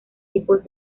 tipos